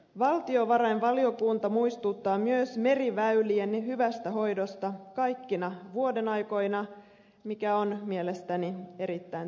valtiovarainvaliokunta muistuttaa myös meriväylien hyvästä hoidosta kaikkina vuodenaikoina mikä on mielestäni erittäin tärkeä asia